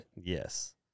Yes